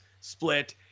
split